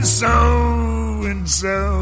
so-and-so